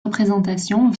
représentations